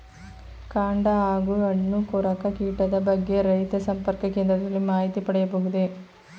ಕಾಂಡ ಹಾಗೂ ಹಣ್ಣು ಕೊರಕ ಕೀಟದ ಬಗ್ಗೆ ರೈತ ಸಂಪರ್ಕ ಕೇಂದ್ರದಲ್ಲಿ ಮಾಹಿತಿ ಪಡೆಯಬಹುದೇ?